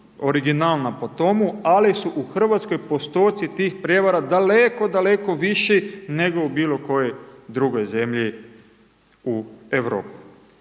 originalna po tome, ali su u Hrvatskoj postići tih prevara daleko daleko viši, nego u bilo kojoj drugoj zemlji u Europi.